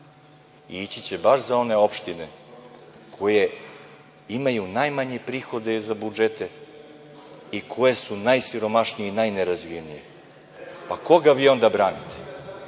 i ići će baš za one opštine koje imaju najmanje prihode za budžete i koje su najsiromašnije i najnerazvijenije. Koga vi onda branite?